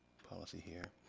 policy here.